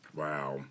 wow